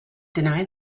deny